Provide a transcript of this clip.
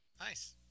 Nice